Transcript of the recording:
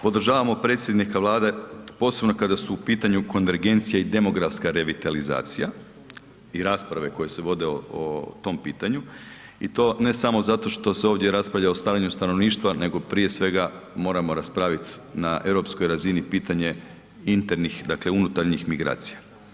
Podržavamo predsjednika Vlade posebno kada su u pitanju konvergencija i demografska revitalizacija i rasprave koje se vode o tom pitanju i to ne samo zato što se ovdje raspravlja o starenju stanovništva nego prije svega moramo raspraviti na europskoj razini pitanje internih, dakle unutarnjih migracija.